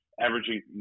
averaging